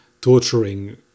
torturing